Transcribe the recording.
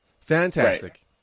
Fantastic